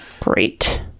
Great